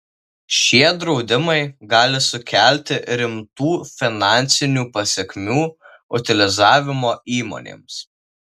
šie draudimai gali sukelti rimtų finansinių pasekmių utilizavimo įmonėms